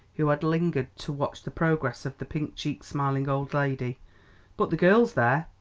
who had lingered to watch the progress of the pink-cheeked, smiling old lady but the girl's there.